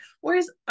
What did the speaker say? whereas